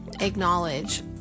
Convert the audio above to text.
acknowledge